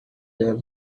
their